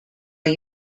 are